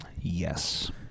Yes